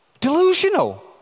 delusional